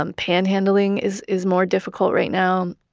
um panhandling is is more difficult right now.